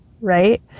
right